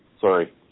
Sorry